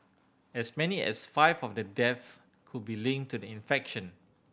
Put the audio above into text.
as many as five of the deaths could be linked to the infection